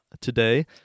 today